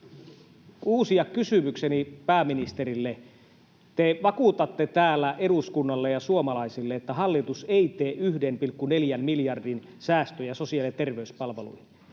uusia kysymykseni pääministerille. Te vakuutatte täällä eduskunnalle ja suomalaisille, että hallitus ei tee 1,4 miljardin säästöjä sosiaali- ja terveyspalveluihin.